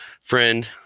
friend